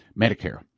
Medicare